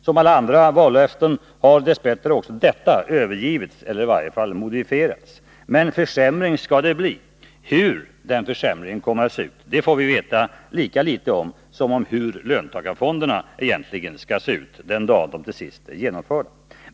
Som alla andra vallöften har dess bättre också detta övergivits, eller i varje fall modifierats. Men försämring skall det bli. Hur den försämringen kommer att se ut får vi veta lika litet om som om hur löntagarfonderna skall se ut den dag de till sist är genomförda.